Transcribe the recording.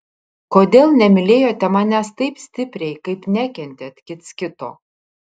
kodėl nemylėjote manęs taip stipriai kaip nekentėt kits kito